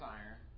iron